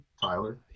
Tyler